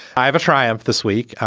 i have a triumph this week.